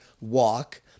walk